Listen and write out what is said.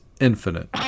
infinite